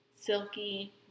silky